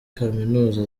kaminuza